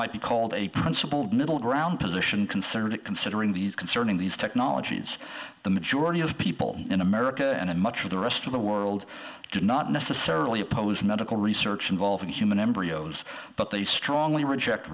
might be called a principled middle ground position consider that considering these concerning these technologies the majority of people in america and in much of the rest of the world do not necessarily oppose medical research involving human embryos but they strongly reject